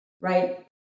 Right